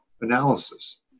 analysis